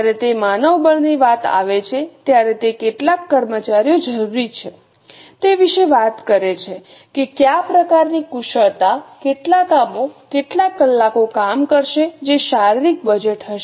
જ્યારે તે માનવબળની વાત આવે છે ત્યારે તે કેટલા કર્મચારીઓ જરૂરી છે તે વિશે વાત કરે છે કે કયા પ્રકારની કુશળતા કેટલા કામો કેટલા કલાકો કામ કરશે જે શારીરિક બજેટ હશે